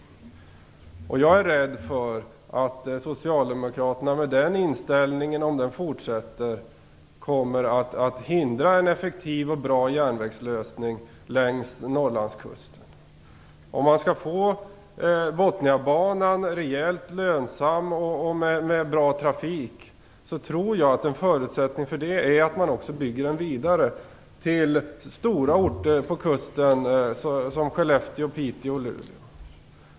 Jag är rädd för att socialdemokraterna med den inställningen kommer att hindra en effektiv och bra järnvägslösning längs Norrlandskusten. En förutsättning för att man skall få Botniabanan rejält lönsam med bra trafik är att man också bygger den vidare till stora orter på kusten, t.ex. Skellefteå, Piteå och Luleå.